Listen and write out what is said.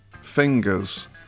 fingers